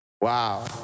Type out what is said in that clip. Wow